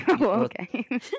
Okay